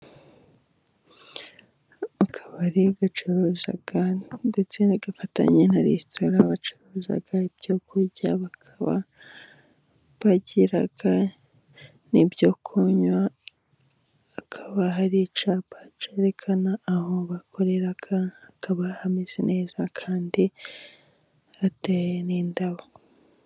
Akabari gacuruza ndetse gafatanye na resitora, bacuruza ibyo kurya bakaba bagira n'ibyo kunywa, hakaba hari icyapa cyerekana aho bakorera, hakaba hamezeze neza kandi hateye n'indabo.